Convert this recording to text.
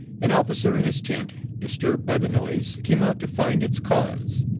an officer in his tent, disturbed by the noise, came out to find its cause.